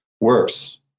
works